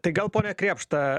tai gal ponia krėpšta